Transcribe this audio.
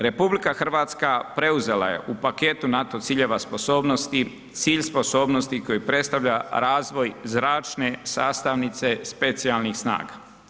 RH preuzela je u paketu NATO ciljeva sposobnosti, cilj sposobnosti koji predstavlja razvoj zračne sastavnice specijalnih snaga.